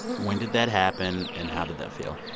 when did that happen? and how did that feel?